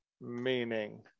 meaning